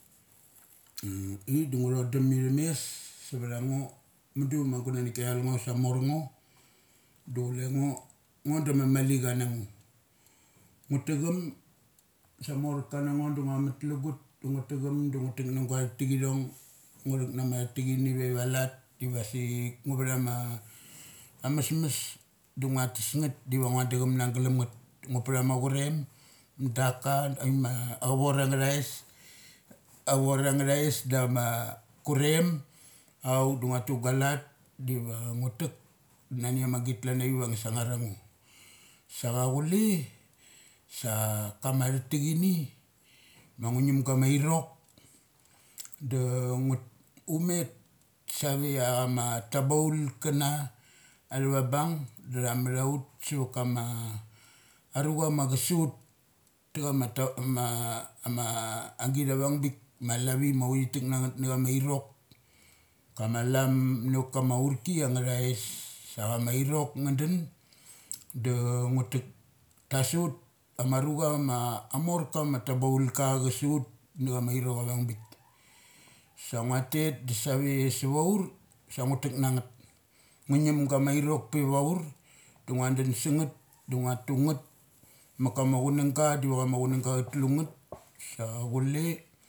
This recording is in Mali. ithik dangu thodum ithum mes suvthango. Mu du ma gunanek kia thai ngo sa amor ngo du chule ngo ngo da ma ma malicha na ngo. Ngo tha chum sa amorka na ngo sa ngua mut lugut da ngu tachum sa amorka na ngo sa ngua mut lugut da nga tachum sa amorkana ngo sa ngus mut lugut da nga ta chum da ngu tek na guatahtekithong. Ngo thek na ma athatekni ve va lat divasik ngu vatama ama mesmes da ngua tesngeth diva ngua dachum na galamngeth. Ngu path ama churem dana, ama achuvor angngathais da ma a kurem auk da ngua tu gua lat diva ngua tek nani amagit klan avik diva nga thi sungar ango. Sa cha chule sa kama atah tekini ma ngu ngim gamairok da nguata umet saveia ama tabaul kana athavabung da tha matha ut sa ama arucha ma cha saut ta chama ta ama, ama git avung bik ma lavi mauthi tek nangeth na cha ma irok. Kama lumen nava kama aurki anga thais. Sa chama irok nga dun da ngu tek da sot ama rucha ma amorka ma tabaul ka cha su ut na chama airok avung bik. Sa ngua tet da save suva ur sa ngu tek nangaeth. Ngu ngim gama irok pevaur dangua dun sangngeth da ngua tungeth ma kama kunangga da diva cham chunanga cha tlu ngeth sa chule.